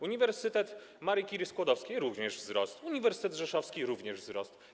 Uniwersytet Marii Curie-Skłodowskiej - również wzrost, Uniwersytet Rzeszowski - również wzrost.